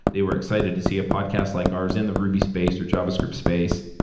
they were excited to see a podcast like ours in the ruby space or javascript space.